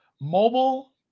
Mobile